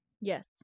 yes